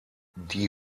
die